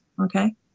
okay